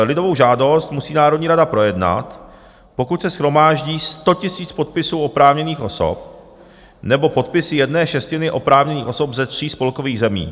Lidovou žádost musí Národní rada projednat, pokud se shromáždí 100 000 podpisů oprávněných osob nebo podpis jedné šestiny oprávněných osob ze tří spolkových zemí.